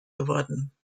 geworden